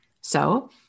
So-